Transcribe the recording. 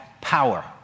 power